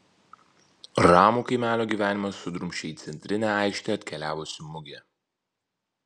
ramų kaimelio gyvenimą sudrumsčia į centrinę aikštę atkeliavusi mugė